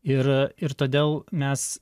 ir ir todėl mes